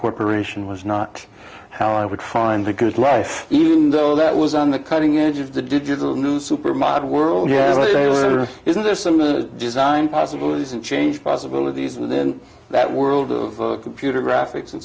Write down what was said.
corporation was not how i would find the good life even though that was on the cutting edge of the digital new super model world isn't there some of the design possibilities and change possibilities within that world of a computer graphics and